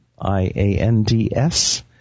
I-A-N-D-S